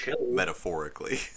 metaphorically